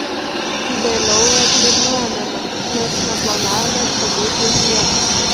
vėliau ėglį nuėmėme nes neplanavome čia būti žiemą